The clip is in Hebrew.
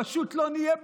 פשוט לא נהיה פה.